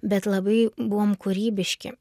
bet labai buvom kūrybiški